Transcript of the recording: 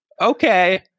okay